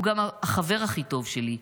הוא גם החבר הכי טוב שלי,